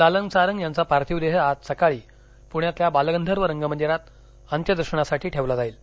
लालन सारंग यांचा पार्थिव देह आज सकाळी पुण्यातल्या बालगंधर्व रंगमंदिरात अंत्यदर्शनासाठी ठेवला जाईल